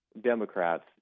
Democrats